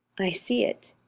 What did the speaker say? i see it.